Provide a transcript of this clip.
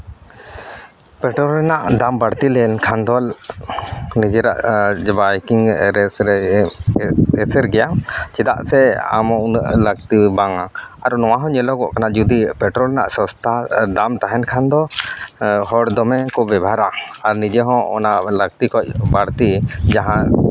petrol ᱨᱮᱱᱟᱜ ᱫᱟᱢ ᱵᱟᱹᱲᱛᱤ ᱞᱮᱱᱠᱷᱟᱱ ᱫᱚ ᱱᱤᱡᱮᱨᱟᱜ ᱵᱟᱭᱤᱠᱤᱧ ᱨᱮᱥ ᱨᱮ ᱮᱥᱮᱨ ᱜᱮᱭᱟ ᱪᱮᱫᱟᱜ ᱥᱮ ᱟᱢ ᱦᱚᱸ ᱩᱱᱟᱹᱜ ᱞᱟᱹᱠᱛᱤ ᱵᱟᱝᱟ ᱟᱨ ᱱᱚᱣᱟ ᱦᱚᱸ ᱧᱮᱞᱚᱜᱚᱜ ᱠᱟᱱᱟ ᱡᱩᱫᱤ ᱯᱮᱴᱨᱳᱞ ᱨᱮᱱᱟᱜ ᱥᱚᱥᱛᱟ ᱫᱟᱢ ᱛᱟᱦᱮᱱ ᱠᱷᱟᱱ ᱫᱚ ᱦᱚᱲ ᱫᱚᱢᱮ ᱠᱚ ᱵᱮᱵᱚᱦᱟᱨᱟ ᱱᱤᱡᱮ ᱦᱚᱸ ᱚᱱᱟ ᱞᱟᱹᱠᱛᱤ ᱠᱷᱚᱱ ᱵᱟᱹᱲᱛᱤ ᱡᱟᱦᱟᱸ